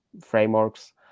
frameworks